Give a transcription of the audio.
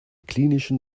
klinischen